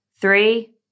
Three